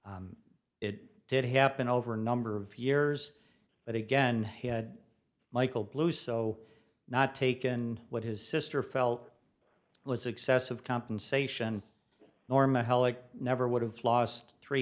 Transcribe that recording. it did happen over a number of years but again he had michael blues so not taken what his sister felt was excessive compensation norma helic never would have lost three